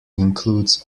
includes